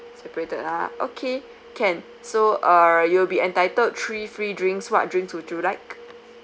separated ah okay can so uh you'll be entitled three free drinks what drinks would you like